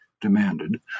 demanded